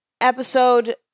episode